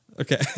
Okay